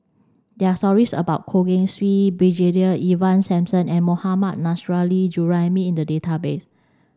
there stories about Goh Keng Swee Brigadier Ivan Simson and Mohammad Nurrasyid Juraimi in the database